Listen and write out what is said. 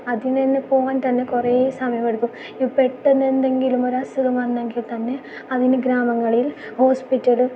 അതിനു തന്നെ പോകാൻ തന്നെ കുറേ സമയം എടുക്കും ഈ പെട്ടെന്ന് എന്തെങ്കിലും ഒരു അസുഖം വന്നെങ്കിൽ തന്നെ അതിന് ഗ്രാമങ്ങളിൽ ഹോസ്പിറ്റലും